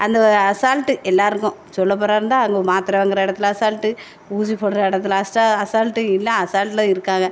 அந்த அசால்ட்டு எல்லோருக்கும் சொல்லப் போகிறதாயிருந்தா அங்கே மாத்திர வாங்கிற இடத்துல அசால்ட்டு ஊசி போடுகிற இடத்துல அசா அசால்ட்டு எல்லாம் அசால்ட்டில் இருக்காக